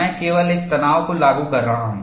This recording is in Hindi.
मैं केवल एक तनाव को लागू कर रहा हूं